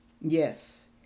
Yes